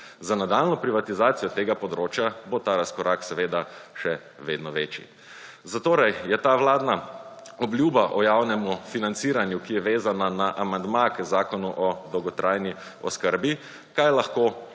Za nadaljnjo privatizacijo tega področja bo ta razkorak še vedno večji. Zatorej je ta vladna obljuba o javnem financiranju, ki je vezana na amandma k Zakonu o dolgotrajni oskrbi, kaj lahko